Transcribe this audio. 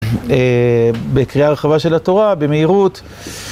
בקריאה הרחבה של התורה, במהירות.